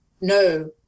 no